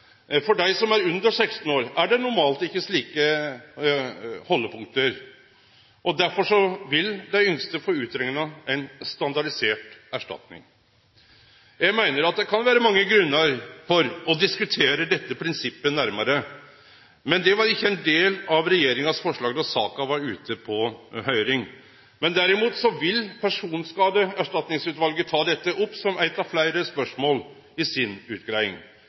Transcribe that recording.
normalt ikkje slike haldepunkt. Derfor vil dei yngste få utrekna ei standardisert erstatning. Eg meiner at det kan vere mange grunnar til å diskutere dette prinsippet nærmare, men det var ikkje ein del av forslaget frå regjeringa da saka var ute på høyring. Derimot vil Personskadeerstatningsutvalet ta dette opp som eitt av fleire spørsmål i